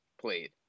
played